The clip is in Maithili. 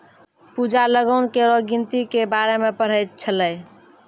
पूजा लगान केरो गिनती के बारे मे पढ़ै छलै